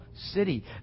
city